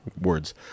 Words